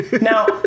Now